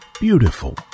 beautiful